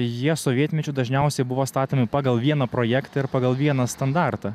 jie sovietmečiu dažniausiai buvo statomi pagal vieną projektą ir pagal vieną standartą